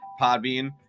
Podbean